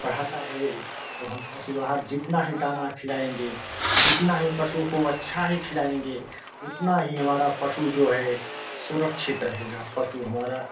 बढ़ाता है तो हम पशु आहार जितना है दाना खिलाएँगे जितना है पशु को अच्छा ही खिलाएँगे उतना ही हमारा पशु जो है सुरक्षित रहेगा पशु हमारा